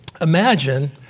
Imagine